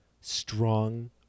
strong